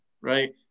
right